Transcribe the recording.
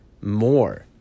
more